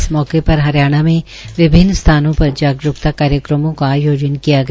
इस मौके पर हरियाणा में विभिन्न स्थानों पर जागरूकता कार्यक्रमों का आयोजन किया गया